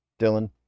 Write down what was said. Dylan